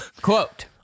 quote